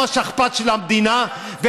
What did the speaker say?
אנחנו השכפ"ץ של המדינה.